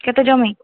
କେତେ ଜମି